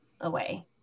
away